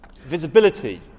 visibility